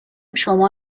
شما